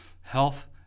health